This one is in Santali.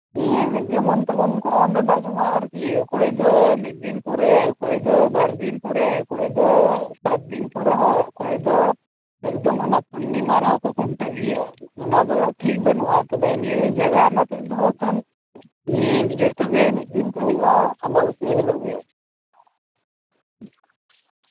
ᱡᱮᱢᱚᱱ ᱛᱮᱢᱚᱱ ᱠᱚ ᱱᱮᱰᱟ ᱡᱚᱝᱼᱟ ᱟᱨᱠᱤ ᱚᱠᱚᱭ ᱫᱚ ᱢᱤᱫ ᱫᱤᱱ ᱯᱚᱨᱮ ᱚᱠᱚᱭ ᱫᱚ ᱵᱟᱨ ᱫᱤᱱ ᱯᱚᱨᱮ ᱚᱠᱚᱭ ᱫᱚ ᱥᱟᱛ ᱫᱤᱱ ᱯᱚᱨᱮ ᱦᱚᱸ ᱚᱠᱚᱭ ᱫᱚ ᱦᱟᱱᱮ ᱯᱩᱨᱱᱤᱢᱟ ᱨᱮᱦᱚᱸ ᱠᱚ ᱠᱷᱩᱱᱴᱟᱹᱜ ᱜᱮᱭᱟ ᱚᱱᱟ ᱫᱚ ᱴᱷᱤᱠ ᱵᱟᱹᱱᱩᱜᱼᱟ ᱛᱚᱵᱮ ᱱᱤᱭᱟᱹ ᱡᱟᱜᱟᱣᱱᱟ ᱛᱮᱫ ᱫᱚ ᱠᱷᱟᱱ ᱡᱚᱛᱚᱜᱮ ᱢᱤᱫ ᱫᱤᱱ ᱛᱮ ᱦᱩᱭᱩᱜᱼᱟ ᱟᱢᱵᱟᱵᱟᱹᱥᱭᱟᱹ ᱦᱤᱞᱳᱜ ᱜᱮ